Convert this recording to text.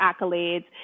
accolades